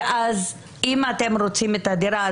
ואז אם אתם רוצים את הדירה,